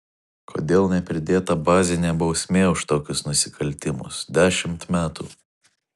kodėl nepridėta bazinė bausmė už tokius nusikaltimus dešimt metų